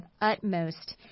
utmost